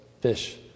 fish